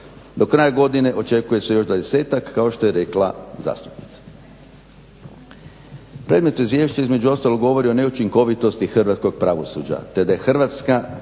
Do kraja godine očekuje se još 20-ak, kao što je rekla zastupnica. Predmet izvješća između ostalog govori o neučinkovitosti hrvatskog pravosuđa te da je Hrvatska